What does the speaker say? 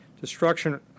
destruction